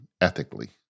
ethically